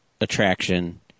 attraction